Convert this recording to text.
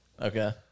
Okay